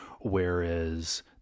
whereas